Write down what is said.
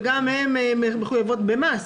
אנחנו מוצאים אותו כמאוד יעיל,